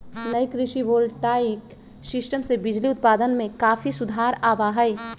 नई कृषि voltaic system से बिजली उत्पादन में काफी सुधार आवा हई